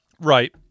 Right